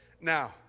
Now